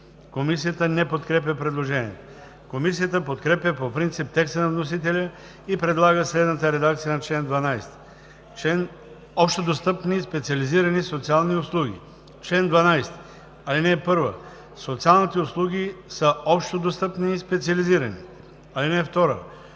Комисията не подкрепя предложението. Комисията подкрепя по принцип текста на вносителя и предлага следната редакция на чл. 12: „Общодостъпни и специализирани социални услуги Чл. 12. (1) Социалните услуги са общодостъпни и специализирани. (2)